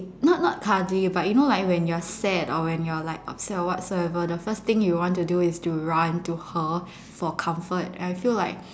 not not cuddly but you know like when you're sad or when you're like upset or whatsoever the first thing you want to do is to run to her for comfort and I feel like